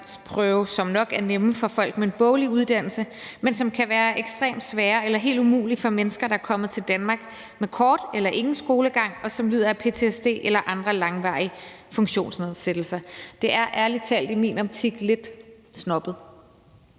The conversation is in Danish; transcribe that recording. som nok er nemt for folk med en boglig uddannelse, men som kan være ekstremt svært eller helt umuligt for mennesker, der er kommet til Danmark med kort eller ingen skolegang, og som lider af ptsd eller andre langvarige funktionsnedsættelser. Det er ærlig talt i min optik lidt snobbet,